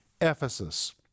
Ephesus